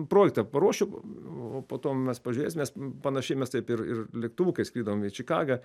projektą paruošiu o po to mes pažiūrėsim mes panašiai mes taip ir ir lėktuvu kai skridom į čikagą